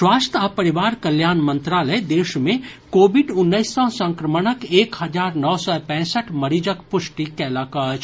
स्वास्थ्य आ परिवार कल्याण मंत्रालय देश मे कोविड उन्नैस सँ संक्रमणक एक हजार नओ सय पैंसठ मरीजक पुष्टि कयलक अछि